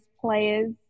players